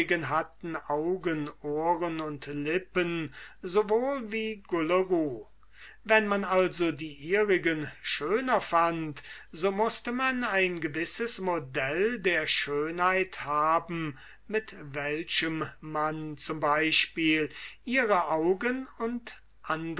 augen ohren und lippen so wohl wie gulleru wenn man also die ihrigen schöner fand so mußte man ein gewisses modell der schönheit haben mit welchem man z e ihre augen und